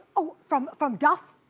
oh, from from duff?